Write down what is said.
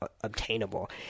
obtainable